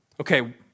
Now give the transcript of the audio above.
Okay